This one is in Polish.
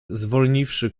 zwolniwszy